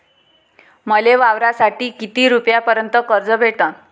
मले वावरासाठी किती रुपयापर्यंत कर्ज भेटन?